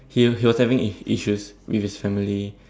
he was he was having is issues with his family